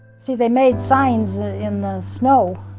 see, they made signs in the snow.